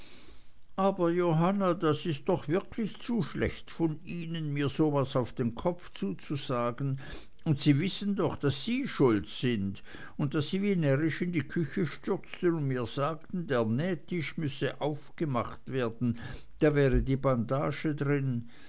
aber johanna das ist doch wirklich zu schlecht von ihnen mir so was auf den kopf zuzusagen und sie wissen doch daß sie schuld sind und daß sie wie närrisch in die küche stürzten und mir sagten der nähtisch müsse aufgemacht werden da wäre die bandage drin